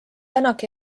tänak